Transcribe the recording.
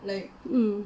mm